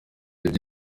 ibihe